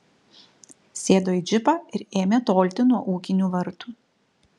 sėdo į džipą ir ėmė tolti nuo ūkinių vartų